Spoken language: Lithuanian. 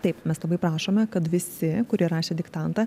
taip mes labai prašome kad visi kurie rašė diktantą